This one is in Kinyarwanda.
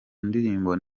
ndirimbo